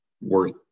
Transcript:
worth